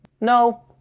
No